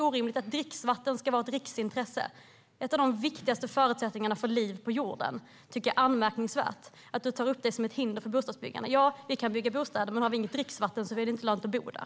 Vatten är en av de viktigaste förutsättningarna för liv på jorden. Jag tycker att det är anmärkningsvärt att du tar upp det här som ett hinder för bostadsbyggande. Ja, vi kan bygga bostäder, men har vi inget dricksvatten är det inte lönt att bo där.